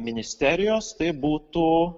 ministerijos tai būtų